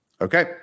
Okay